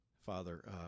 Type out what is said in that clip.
Father